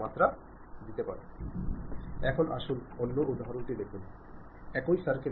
മാത്രമല്ല മറുവശത്ത് നിന്നുള്ള പ്രതികരണം അത്ര അനുകൂലമായിരിക്കില്ല